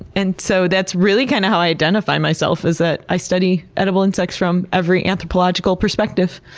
and so that's really kind of how i identify myself, is that i study edible insects from every anthropological perspective.